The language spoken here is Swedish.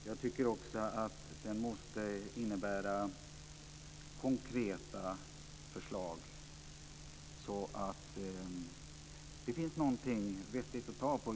Jag tycker också att den måste innebära konkreta förslag, så att det finns någonting vettigt att ta på.